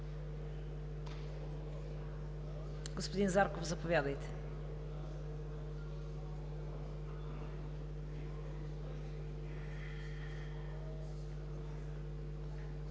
Господин Зарков, заповядайте.